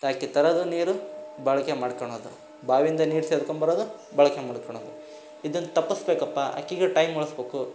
ಆಕೆ ತರೋದು ನೀರು ಬಳಕೆ ಮಾಡ್ಕೊಳ್ಳೋದು ಬಾವಿಯಿಂದ ನೀರು ಸೇದಿಕೊಂಬರೋದು ಬಳಕೆ ಮಾಡ್ಕೊಳ್ಳೋದು ಇದನ್ನು ತಪ್ಪಿಸ್ಬೇಕಪ್ಪ ಆಕೆಗು ಟೈಮ್ ಉಳಸ್ಬೇಕು